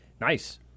Nice